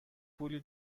پولی